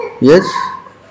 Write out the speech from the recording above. Yes